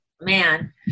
man